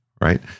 right